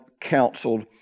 counseled